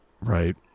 Right